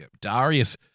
Darius